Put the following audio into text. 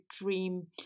dream